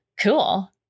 Cool